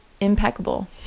impeccable